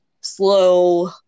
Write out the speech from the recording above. slow